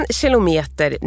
kilometer